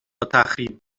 تخریب